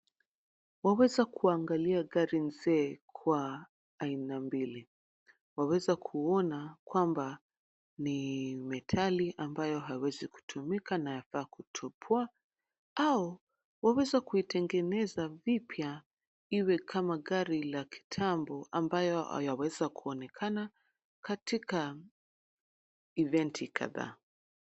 Waweza kuangalia gari mzee kwa aina mbili. Waweza kuona kwamba ni metali ambayo haiwezi kutumika na yafaa kutupwa au waweza kuitengeneza vipya, iwe kama gari la kitambo ambayo yaweza kuonekana katika events kadhaa.